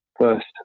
first